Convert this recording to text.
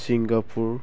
Singapore